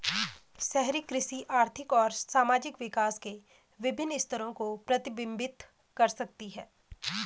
शहरी कृषि आर्थिक और सामाजिक विकास के विभिन्न स्तरों को प्रतिबिंबित कर सकती है